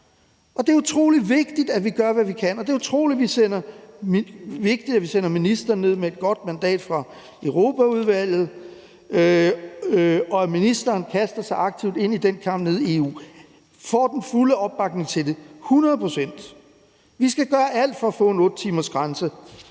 i. Det er utrolig vigtigt, at vi gør, hvad vi kan, og det er utrolig vigtigt, at vi sender ministeren ned med et godt mandat fra Europaudvalget, og at ministeren kaster sig aktivt ind i den kamp nede i EU og får den fulde opbakning til det hundrede procent. Vi skal gøre alt for at få en 8-timersgrænse,